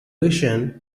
vision